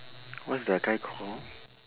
what's that guy called